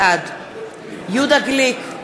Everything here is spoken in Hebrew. בעד יהודה גליק,